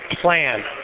plan